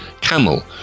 Camel